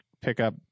pickup